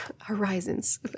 horizons